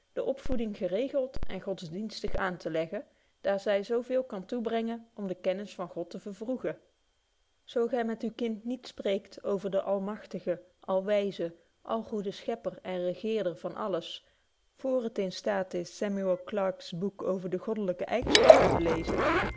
de opvoeding geregeld en godsdienstig aan te leggen daar zy zo veel kan toebrengen om de kennis van god te vervroegen zo gy met uw kind niet spreekt over den almagtigen alwyzen algoeden schepper en regeerder van alles voor het in staat is samuel clarkes boek over de goddelyke eigenschappen te lezen